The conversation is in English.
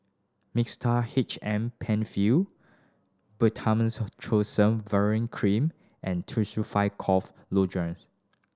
Mixtard H M Penfill Cream and Tussil five Cough Lozenge